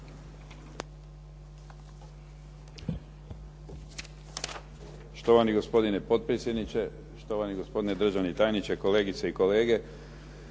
Štovani gospodine potpredsjedniče, štovani gospodine državni tajniče, kolegice i kolege.